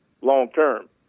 long-term